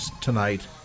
tonight